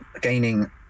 gaining